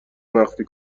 مخفی